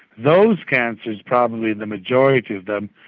those cancers, probably the majority of them,